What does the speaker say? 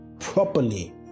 properly